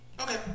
Okay